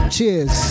Cheers